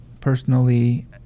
personally